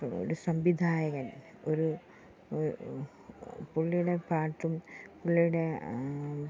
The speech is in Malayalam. ഒരു സംവിധായകൻ ഒരു പുള്ളിയുടെ പാട്ടും പുള്ളിയുടെ